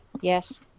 Yes